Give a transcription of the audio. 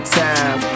time